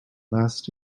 last